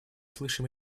слышим